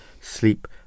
sleep